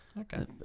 Okay